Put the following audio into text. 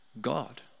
God